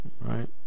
right